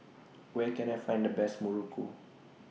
Where Can I Find The Best Muruku